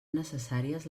necessàries